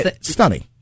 stunning